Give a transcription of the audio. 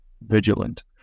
vigilant